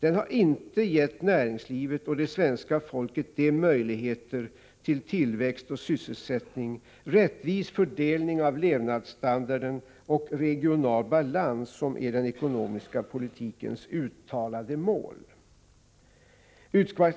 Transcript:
Den har inte gett näringslivet och svenska folket de möjligheter till tillväxt och sysselsättning, rättvis fördelning av levnadsstandarden och regional balans som är den ekonomiska politikens uttalade mål.